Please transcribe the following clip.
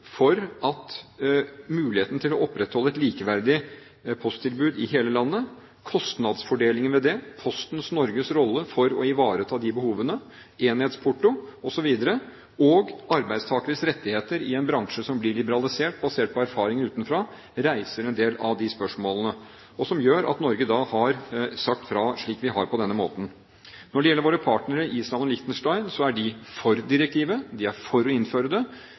for muligheten til å opprettholde et likeverdig posttilbud i hele landet. Kostnadsfordelingen ved det, Posten Norges rolle for å ivareta de behovene, enhetsporto og arbeidstakeres rettigheter i en bransje som blir liberalisert basert på erfaringer utenfra, osv., reiser en del av de spørsmålene som gjør at Norge har sagt fra slik vi har på denne måten. Når det gjelder våre partnere, Island og Liechtenstein, er de for direktivet. De er for å innføre det.